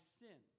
sin